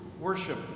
worship